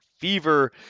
fever